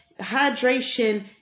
Hydration